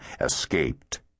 escaped